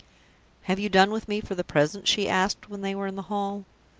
have you done with me for the present? she asked, when they were in the hall.